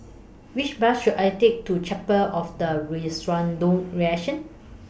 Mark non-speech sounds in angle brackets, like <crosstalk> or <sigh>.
Which Bus should I Take to Chapel of The <unintelligible>